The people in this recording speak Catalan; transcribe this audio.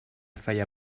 feia